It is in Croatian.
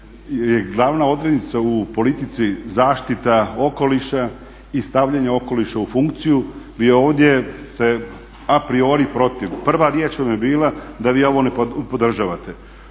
glavna odrednica u politici zaštiti okoliša i stavljanje okoliša u funkciju, vi ovdje ste a priori protiv. Prva riječ vam je bila da vi ovo ne podržavate.